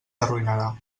arruïnarà